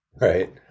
right